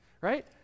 Right